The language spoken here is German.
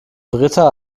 britta